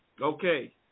Okay